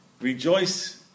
Rejoice